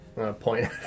point